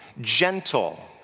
gentle